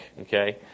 okay